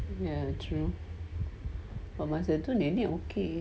ya true sebab masa tu nenek okay